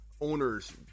owners